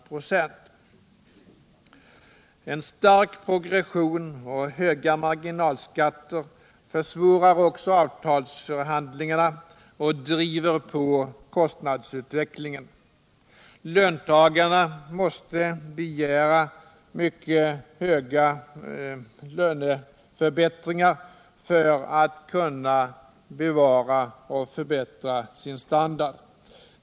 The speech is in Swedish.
Vidare försvårar stark progression och höga marginalskatter avtalsförhandlingarna och driver på kostnadsutvecklingen. Löntagarna måste begära mycket höga löneökningar för att kunna bevara och förbättra sin standard.